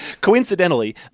coincidentally